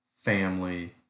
family